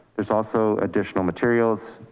there's also additional materials,